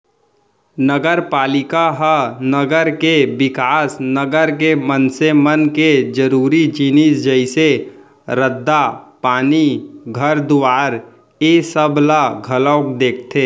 नगरपालिका ह नगर के बिकास, नगर के मनसे मन के जरुरी जिनिस जइसे रद्दा, पानी, घर दुवारा ऐ सब ला घलौ देखथे